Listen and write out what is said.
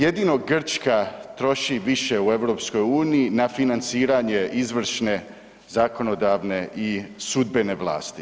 Jedino Grčka troši više u EU na financiranje izvršne, zakonodavne i sudbene vlasti.